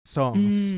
songs